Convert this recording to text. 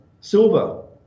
silver